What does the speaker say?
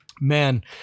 Man